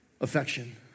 affection